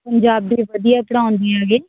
ਪੰਜਾਬੀ ਵਧੀਆ ਪੜਾਉਂਦੇ ਹੈਗੇ